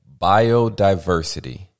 biodiversity